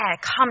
Come